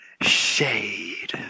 shade